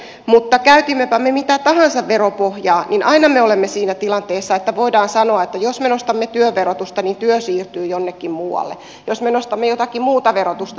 mutta käytimmepä me mitä tahansa veropohjaa niin aina me olemme siinä tilanteessa että voidaan sanoa että jos me nostamme työn verotusta niin työ siirtyy jonnekin muualle ja jos me nostamme jotakin muuta verotusta niin se siirtyy